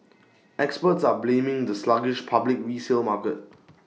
experts are blaming the sluggish public resale market